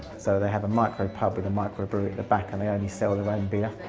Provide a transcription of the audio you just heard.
so they have a micro pub with a microbrewery at the back and they only sell their own beer.